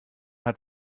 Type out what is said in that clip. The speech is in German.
hat